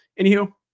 Anywho